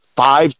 five